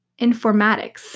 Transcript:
informatics